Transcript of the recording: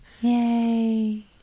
Yay